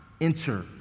enter